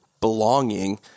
belonging